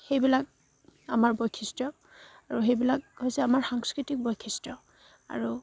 সেইবিলাক আমাৰ বৈশিষ্ট্য আৰু সেইবিলাক হৈছে আমাৰ সাংস্কৃতিক বৈশিষ্ট্য আৰু